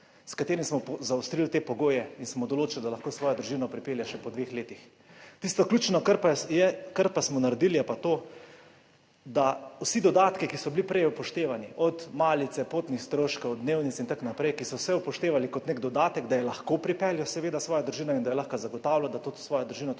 s katerim smo zaostrili te pogoje in smo določili, da lahko svojo družino pripelje še po dveh letih. Tisto ključno, kar pa je, kar pa smo naredili, je pa to, da vsi dodatki, ki so bili prej upoštevani, od malice, potnih stroškov, dnevnic in tako naprej, ki so se upoštevali kot nek dodatek, da je lahko pripeljal seveda svojo družino in da lahko zagotavlja, da to svojo družino